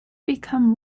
become